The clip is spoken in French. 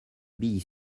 bille